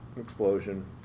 explosion